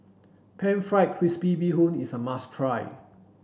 pan fried crispy bee hoon is a must try